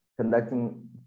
conducting